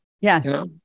Yes